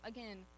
Again